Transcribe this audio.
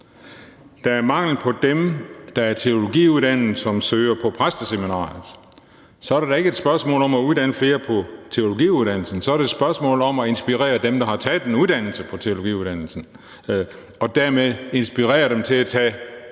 der er mangel på dem, der er teologiuddannede, og som søger på præsteseminariet, er det da ikke et spørgsmål om at uddanne flere på teologiuddannelsen. Så er det jo et spørgsmål om at inspirere dem, der har taget en uddannelse på teologiuddannelsen, og altså inspirere dem til at tage